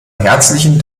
herzlichen